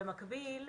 במקביל,